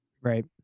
Right